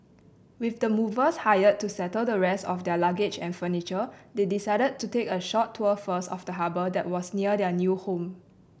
with the movers hired to settle the rest of their luggage and furniture they decided to take a short tour first of the harbour that was near their new home